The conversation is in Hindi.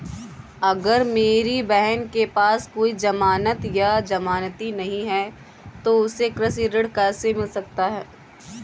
अगर मेरी बहन के पास कोई जमानत या जमानती नहीं है तो उसे कृषि ऋण कैसे मिल सकता है?